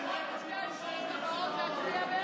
הוא יכול בשתי ההצבעות הבאות להצביע בעד.